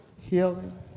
healing